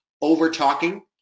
over-talking